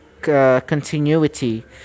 continuity